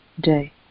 day